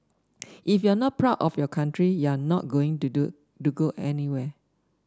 if you are not proud of your country you are not going to do to go anywhere